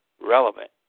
relevant